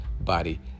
body